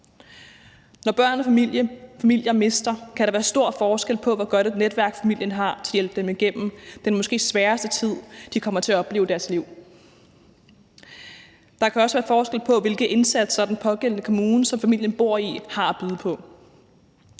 Når børn eller familier mister, kan der være stor forskel på, hvor godt et netværk familien har til at hjælpe dem igennem den måske sværeste tid, de kommer til at opleve i deres liv. Der kan også være forskel på, hvilke indsatser den pågældende kommune, som familien bor i, har at byde på.